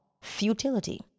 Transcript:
Futility